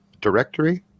directory